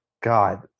God